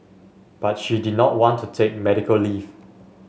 but she did not want to take medical leave